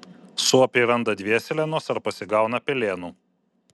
suopiai randa dvėselienos ar pasigauna pelėnų